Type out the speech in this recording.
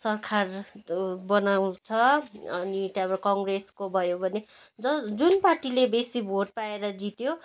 सरकार बनाउँछ अनि त्यहाँबाट काङ्ग्रेसको भयो भने ज जुन पार्टीले बेसी भोट पाएर जित्यो